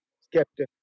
Skeptical